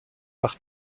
par